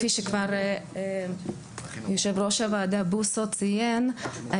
כפי שכבר יושב-ראש הוועדה בוסו ציין,